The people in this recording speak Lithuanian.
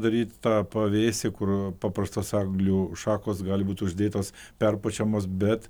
daryt tą pavėsį kur paprastos eglių šakos gali būt uždėtos perpučiamos bet